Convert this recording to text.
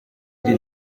njye